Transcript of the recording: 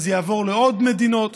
וזה יעבור לעוד מדינות,